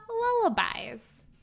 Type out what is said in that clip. lullabies